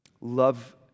love